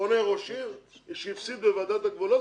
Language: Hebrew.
פונה ראש עיר שהפסיד בוועדת הגבולות,